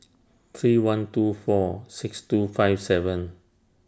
three one two four six two five seven